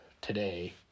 today